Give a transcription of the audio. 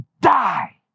die